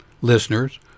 listeners